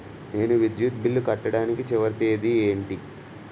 నేను విద్యుత్ బిల్లు కట్టడానికి చివరి తేదీ ఏంటి?